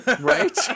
right